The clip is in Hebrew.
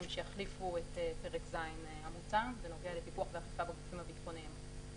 שיחליפו את פרק ז' המוצע בנוגע לפיקוח ואכיפה בגופים הביטחוניים.